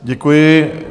Děkuji.